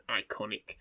iconic